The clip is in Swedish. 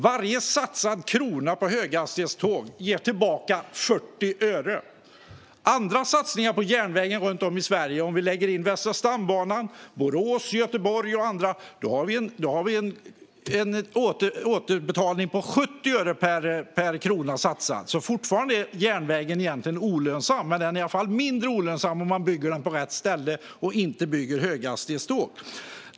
Varje satsad krona på höghastighetståg ger 40 öre tillbaka. Andra satsningar på järnvägen runt om i Sverige - om vi lägger in Västra stambanan, Borås-Göteborg och andra - ger 70 öre tillbaka per satsad krona. Fortfarande är järnvägen egentligen olönsam. Men den blir i alla fall mindre olönsam om man bygger den på rätt ställe och inte bygger höghastighetståg.